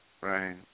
Right